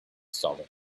solid